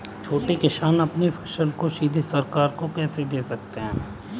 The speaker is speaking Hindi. छोटे किसान अपनी फसल को सीधे सरकार को कैसे दे सकते हैं?